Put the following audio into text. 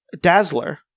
Dazzler